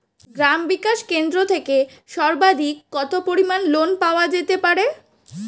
গ্রাম বিকাশ কেন্দ্র থেকে সর্বাধিক কত পরিমান লোন পাওয়া যেতে পারে?